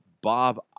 Bob